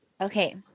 Okay